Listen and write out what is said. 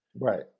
Right